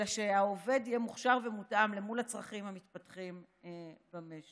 אלא שהעובד יהיה מוכשר ומותאם אל מול הצרכים המתפתחים במשק.